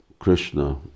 Krishna